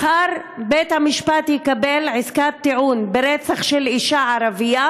מחר בית-המשפט יקבל עסקת טיעון ברצח של אישה ערבייה